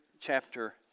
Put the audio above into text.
chapter